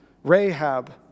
Rahab